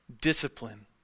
discipline